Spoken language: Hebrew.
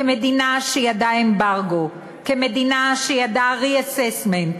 כמדינה שידעה אמברגו, כמדינה שידעה reassessment,